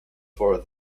for